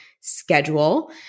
schedule